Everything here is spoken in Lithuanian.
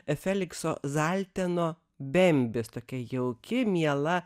efelikso zalteno bembis tokia jauki miela